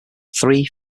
three